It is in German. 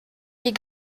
die